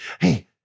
hey